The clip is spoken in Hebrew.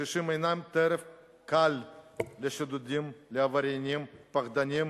הקשישים הינם טרף קל לשודדים, לעבריינים פחדנים,